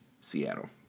Seattle